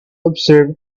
observe